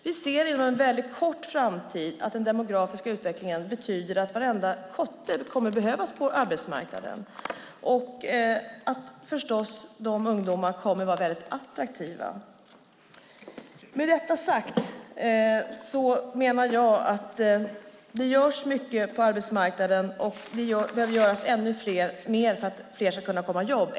Vi ser att i en väldigt nära framtid kommer den demografiska utvecklingen att betyda att varenda kotte kommer att behövas på arbetsmarknaden, och då kommer förstås ungdomarna att vara väldigt attraktiva. Med detta sagt menar jag att det görs mycket på arbetsmarknaden och att det behöver göras ännu mer för att fler ska komma i jobb.